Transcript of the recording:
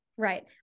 Right